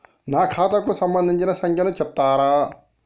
నా ఖాతా కు సంబంధించిన సంఖ్య ను చెప్తరా?